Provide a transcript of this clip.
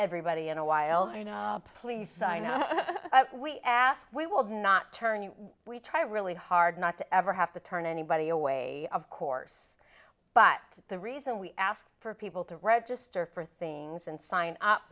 everybody in awhile please i know we ask we will not turn you we try really hard not to ever have to turn anybody away of course but the reason we ask for people to register for things and sign up